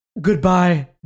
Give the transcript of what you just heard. goodbye